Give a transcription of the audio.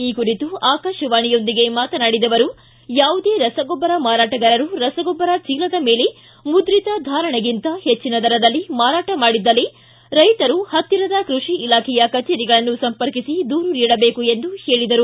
ಈ ಕುರಿತು ಆಕಾಶವಾಣಿಯೊಂದಿಗೆ ಮಾತನಾಡಿದ ಅವರು ಯಾವುದೇ ರಸಗೊಬ್ಬರ ಮಾರಾಟಗಾರರು ರಸಗೊಬ್ಬರ ಚೀಲದ ಮೇಲೆ ಮುದ್ರಿತ ಧಾರಣೆಗಿಂತ ಹೆಚ್ಚಿನ ದರದಲ್ಲಿ ಮಾರಾಟ ಮಾಡಿದಲ್ಲಿ ರೈತರು ಪತ್ತಿರದ ಕೃಷಿ ಇಲಾಖೆಯ ಕಜೇರಿಗಳನ್ನು ಸಂಪರ್ಕಿಸಿ ದೂರು ನೀಡಬೇಕು ಎಂದು ಹೇಳಿದರು